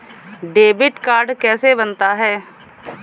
Debit card कैसे बनता है?